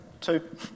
two